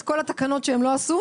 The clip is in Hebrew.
את כל התקנות שהם לא עשו,